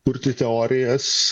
kurti teorijas